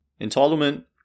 entitlement